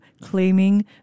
claiming